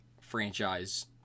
franchise